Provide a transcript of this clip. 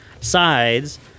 sides